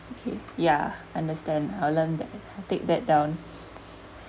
okay ya understand I learn that I take that down